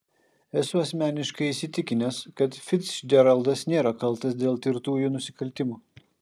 esu asmeniškai įsitikinęs kad ficdžeraldas nėra kaltas dėl tirtųjų nusikaltimų